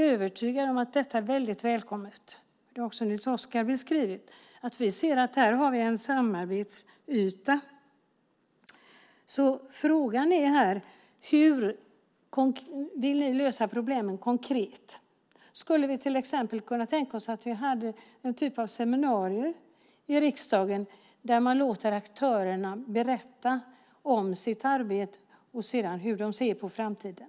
Nils Oskar har också beskrivit att vi ser en samarbetsyta här. Frågan är hur ni vill lösa problemen konkret. Skulle vi till exempel kunna tänka oss att ha någon typ av seminarier i riksdagen där man låter aktörerna berätta om sitt arbete och om hur de ser på framtiden?